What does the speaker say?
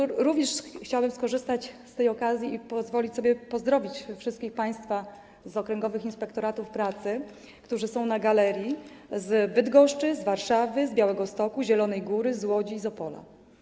Chciałabym również skorzystać z okazji i pozwolić sobie pozdrowić wszystkich państwa z okręgowych inspektoratów pracy, którzy są na galerii: z Bydgoszczy, z Warszawy, z Białegostoku, z Zielonej Góry, z Łodzi i z Opola.